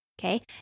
Okay